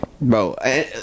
bro